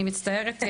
אני מצטערת.